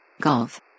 golf